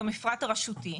במפרט הרשותי.